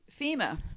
FEMA